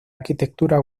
arquitectura